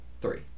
Three